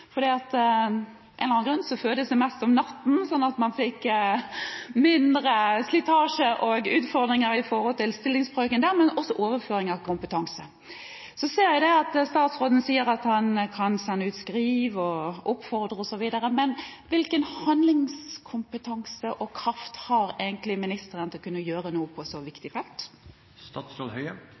en eller annen grunn fødes det mest om natten, og slik kunne man få mindre slitasje og utfordringer med stillingsbrøken, men også overføring av kompetanse. Så ser jeg at statsråden sier at han kan sende ut skriv og oppfordringer osv., men hvilken handlingskompetanse og -kraft har egentlig ministeren til å kunne gjøre noe på et så